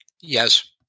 yes